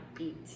eat